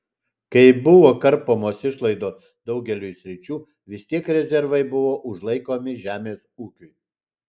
kai buvo karpomos išlaidos daugeliui sričių vis tiek rezervai buvo užlaikomi žemės ūkiui